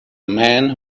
man